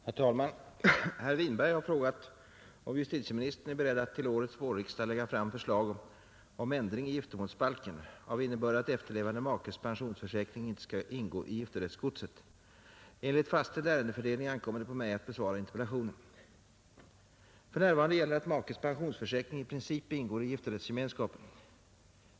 Herr talman! Herr Winberg har frågat om justitieministern är beredd att till årets vårriksdag lägga fram förslag om ändring i giftermålsbalken av innebörd att efterlevande makes pensionsförsäkring inte skall ingå i giftorättsgodset. Enligt fastställd ärendefördelning ankommer det på mig att besvara interpellationen. För närvarande gäller att makes pensionsförsäkring i princip ingår i giftorättsgemenskapen.